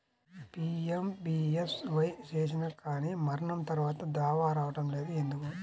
PMBSY చేసినా కానీ మరణం తర్వాత దావా రావటం లేదు ఎందుకు?